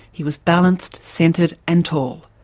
he was balanced, centered and tall.